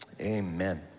Amen